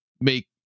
make